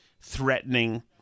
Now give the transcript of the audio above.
threatening